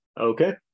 Okay